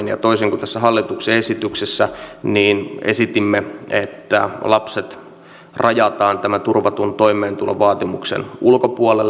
toisin kuin tässä hallituksen esityksessä esitimme että lapset rajataan tämän turvatun toimeentulovaatimuksen ulkopuolelle